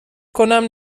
کنم